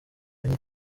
menye